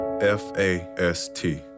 F-A-S-T